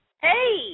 Hey